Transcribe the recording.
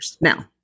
Now